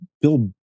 Bill